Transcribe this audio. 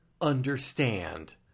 understand